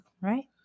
right